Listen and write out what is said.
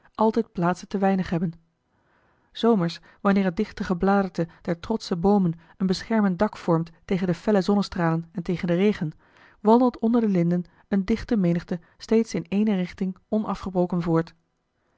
altijd plaatsen te weinig hebben s zomers wanneer het dichte gebladerte der trotsche boomen een beschermend dak vormt tegen de felle zonnestralen en tegen den regen wandelt onder de linden eene dichte menigte steeds in ééne richting onafgebroken voort